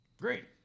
great